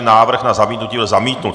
Návrh na zamítnutí byl zamítnut.